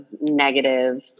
negative